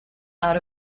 out